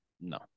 No